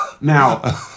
Now